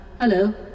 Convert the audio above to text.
Hello